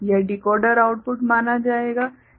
यह decoder output माना जाएगा